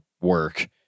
work